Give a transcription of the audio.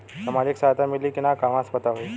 सामाजिक सहायता मिली कि ना कहवा से पता होयी?